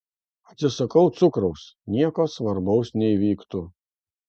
atsisakau cukraus nieko svarbaus neįvyktų